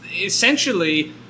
essentially